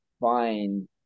find